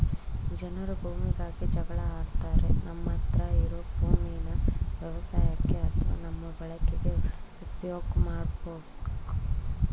ಜನರು ಭೂಮಿಗಾಗಿ ಜಗಳ ಆಡ್ತಾರೆ ನಮ್ಮತ್ರ ಇರೋ ಭೂಮೀನ ವ್ಯವಸಾಯಕ್ಕೆ ಅತ್ವ ನಮ್ಮ ಬಳಕೆಗೆ ಉಪ್ಯೋಗ್ ಮಾಡ್ಕೋಬೇಕು